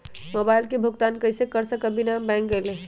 Mobile के भुगतान कईसे कर सकब बिना बैंक गईले?